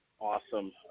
Awesome